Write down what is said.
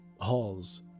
halls